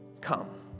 Come